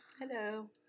Hello